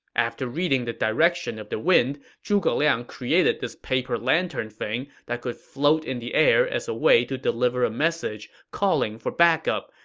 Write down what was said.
after reading the direction of the wind, zhuge liang created this paper lantern thing that could float in the air as a way to deliver a message calling for backup,